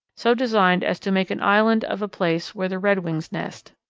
so designed as to make an island of a place where the redwings nest.